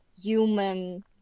human